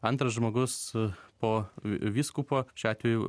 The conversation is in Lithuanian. antras žmogus po v vyskupo šiuo atveju